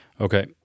Okay